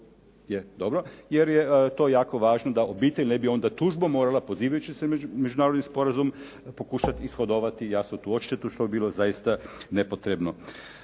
bi stigla, jer je to jako važno da obitelj ne bi onda tužbom morala pozivajući međunarodni sporazum, pokušati ishodovati jasno tu odštetu što bi bilo zaista nepotrebno.